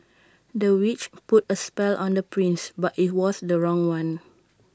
the witch put A spell on the prince but IT was the wrong one